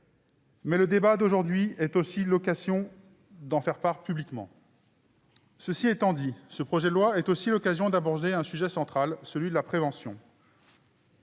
Le débat d'aujourd'hui est l'occasion d'en faire part publiquement. Mais ce projet de loi est aussi l'occasion d'aborder un sujet central, celui de la prévention.